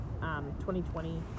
2020